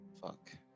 Fuck